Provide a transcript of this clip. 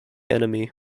enemy